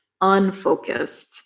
unfocused